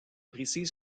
précise